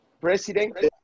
president